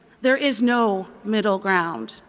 there is no middle ground.